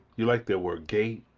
you like that word, gait?